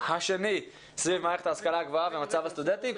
השני סביב מערכת ההשכלה הגבוהה ומצב הסטודנטים.